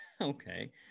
Okay